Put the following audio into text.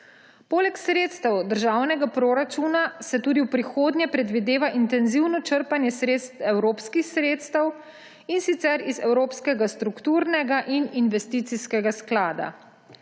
Poleg sredstev državnega proračuna se tudi v prihodnje predvideva intenzivno črpanje evropskih sredstev, in sicer iz evropskega strukturnega in investicijskega sklada.